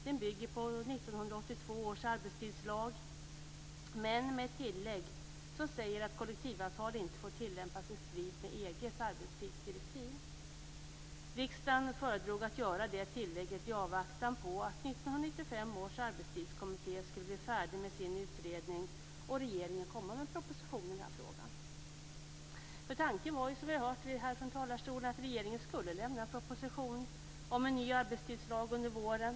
Den bygger på 1982 års arbetstidslag men med ett tillägg som säger att kollektivavtal inte får tillämpas i strid med EG:s arbetstidsdirektiv. Riksdagen föredrog att göra det tillägget i avvaktan på att 1995 års arbetstidskommitté skulle bli färdig med sin utredning och regeringen komma med sin proposition i den här frågan. För tanken var ju, som vi hört här från talarstolen, att regeringen skulle lämna en proposition om en ny arbetstidslag under våren.